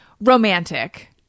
romantic